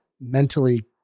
mentally